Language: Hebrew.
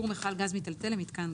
מי יחזיר לך על ניתוק?